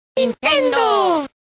¡Nintendo